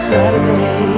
Saturday